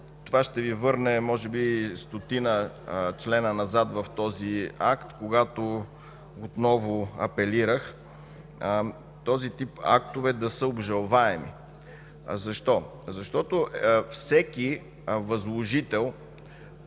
Това ще Ви върне може би стотина члена назад в този акт, когато отново апелирах този тип актове да са обжалваеми. Защо? Защото всеки възложител,